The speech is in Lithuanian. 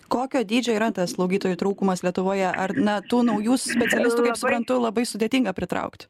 kokio dydžio yra tas slaugytojų trūkumas lietuvoje ar na tų naujų specialistų kaip suprantu labai sudėtinga pritraukti